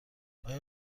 آیا